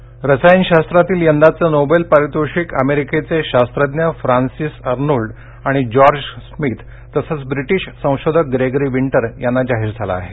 Nobel रसायनशास्त्रातील यंदाचे Nobel पारितोषिक अमेरिकेचे शास्त्रज्ञ फ्रान्सिस अनोल्ड आणि जॉर्ज स्मिथ तसंच ब्रिटीश संशोधक ग्रेगरी विंटर यांना जाहीर झालं आहे